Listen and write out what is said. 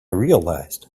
realized